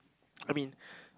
I mean